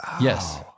yes